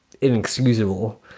inexcusable